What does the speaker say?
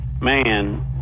man